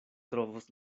trovos